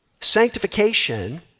Sanctification